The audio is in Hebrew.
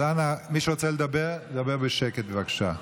אז אנא, מי שרוצה לדבר, ידבר בשקט, בבקשה.